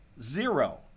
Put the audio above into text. zero